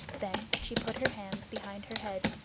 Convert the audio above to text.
then she put her hands behind her head,